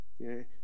okay